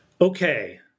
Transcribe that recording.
Okay